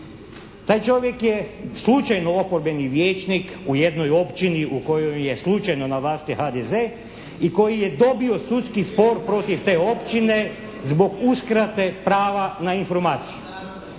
Taj čovjek je slučajno oporbeni vijećnik u jednoj općini u kojoj je slučajno na vlasti HDZ i koji je dobio sudski spor protiv te općine zbog uskrate prava na informaciju.